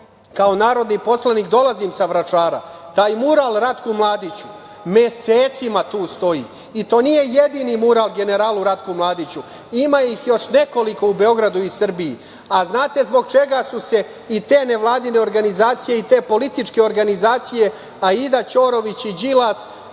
kao narodni poslanik dolazim sa Vračara, taj mural Ratku Mladiću mesecima tu stoji. To nije jedini mural generalu Ratku Mladiću, ima ih još nekoliko u Beogradu i Srbiji. Da li znate zašto su se i te nevladine organizacije i te političke organizacije, Aida Ćorović, Đilas